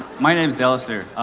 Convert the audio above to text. my name's dallas, sir.